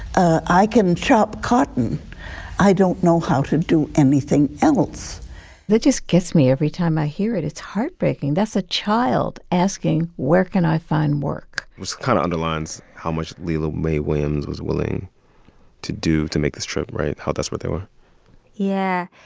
ah i can chop cotton i don't know how to do anything else that just gets me every time i hear it. it's heartbreaking. that's a child asking, where can i find work? which kind of underlines how much lele ah mae williams was willing to do to make this trip right? how desperate they were yeah.